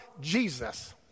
Jesus